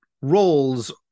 roles